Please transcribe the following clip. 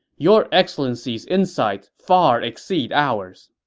your excellency's insights far exceed ours.